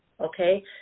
okay